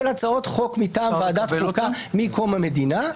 הצעות חוק מטעם ועדת חוקה מקום המדינה.